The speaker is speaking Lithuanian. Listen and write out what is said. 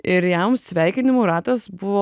ir jam sveikinimų ratas buvo